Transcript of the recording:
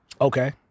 Okay